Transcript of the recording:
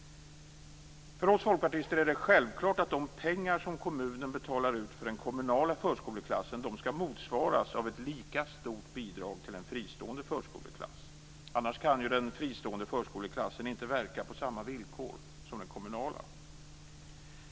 För oss folkpartister är det självklart att de pengar som kommunen betalar ut för den kommunala förskoleklassen skall motsvaras av ett lika stort bidrag till en fristående förskoleklass. Annars kan den fristående förskoleklassen inte verka på samma villkor som den kommunala.